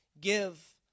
give